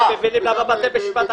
ברוב המקרים,